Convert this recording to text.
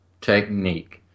technique